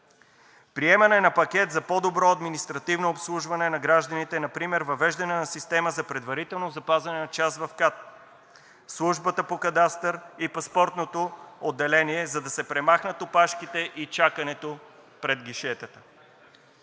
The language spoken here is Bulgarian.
приемане на пакет за по-добро административно обслужване на гражданите, например въвеждане на система за предварително запазване на час в КАТ, Службата по кадастър и Паспортното отделение, за да се премахнат опашките и чакането пред гишетата.